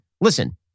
listen